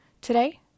Today